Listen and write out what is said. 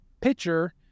pitcher